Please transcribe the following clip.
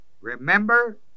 Remember